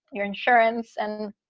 your insurance. and,